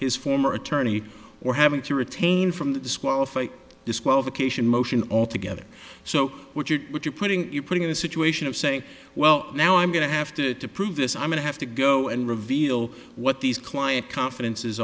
his former attorney or having to retain from that disqualify disqualification motion altogether so what you're what you're putting you're putting in a situation of saying well now i'm going to have to approve this i'm going to have to go and reveal what these client confidence